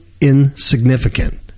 insignificant